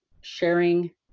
sharing